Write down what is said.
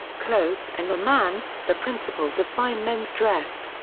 clothes and the man the principles of fine men's dress.